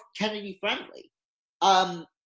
Kennedy-friendly